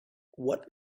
what